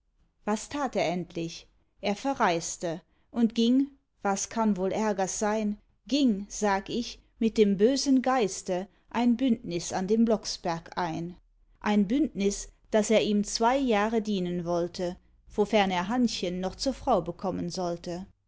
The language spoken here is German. was tat er endlich er verreiste und ging was kann wohl ärgers sein ging sag ich mit dem bösen geiste ein bündnis an dem blocksberg ein ein bündnis daß er ihm zwei jahre dienen wollte wofern er hannchen noch zur frau bekommen sollte